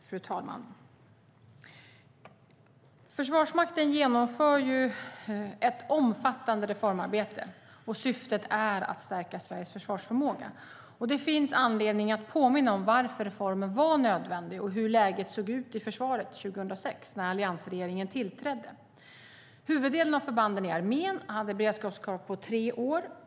Fru talman! Försvarsmakten genomför ett omfattande reformarbete, och syftet är att stärka Sveriges försvarsförmåga. Det finns anledning att påminna om varför reformen var nödvändig och hur läget såg ut i försvaret 2006 när alliansregeringen tillträdde. Huvuddelen av förbanden i armén hade beredskapskrav på tre år.